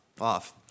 off